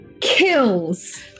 kills